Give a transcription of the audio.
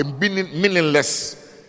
meaningless